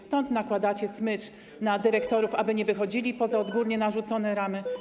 Stąd nakładacie smycz na dyrektorów, aby nie wychodzili poza odgórnie narzucone ramy?